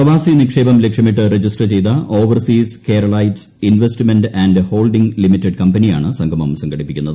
പ്രവാസിനിക്ഷേപം ലക്ഷ്യമിട്ട് രജിസ്റ്റർ ചെയ്ത Overseas Keralites Investment and Holding Limited കമ്പനിയാണ് സംഗമം സംഘടിപ്പിക്കുന്നത്